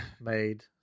made